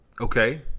Okay